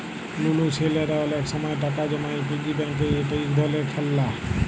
লুলু ছেইলারা অলেক সময় টাকা জমায় পিগি ব্যাংকে যেট ইক ধরলের খেললা